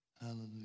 Hallelujah